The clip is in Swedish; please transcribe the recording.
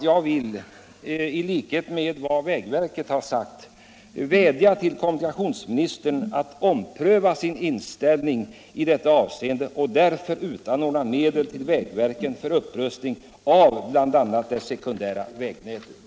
Jag vill vädja till kommunikationsministern att ompröva sin inställning i detta avseende och därför utanordna medel till vägverket för upprustning av bl.a. det sekundära vägnätet.